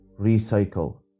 Recycle